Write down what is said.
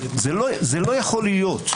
זה לא יכול להיות.